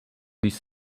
this